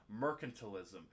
mercantilism